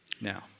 Now